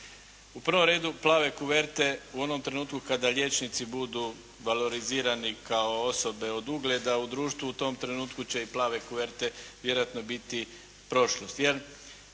U prvom redu plave kuverte u onom trenutku kada liječnici budu valorizirani kao osobe od ugleda u društvu, u tom trenutku će i plave kuverte vjerojatno biti prošlost